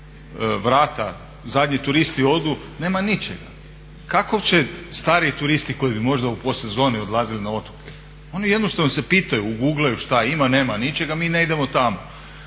vrata, zadnji turisti odu nema ničega. Kako će stariji turisti koji bi možda u podsezoni odlazili na otoke, oni jednostavno se pitaju, ugooglaju šta ima, nema ničega, mi ne idemo tamo.